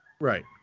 Right